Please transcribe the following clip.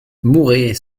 mouret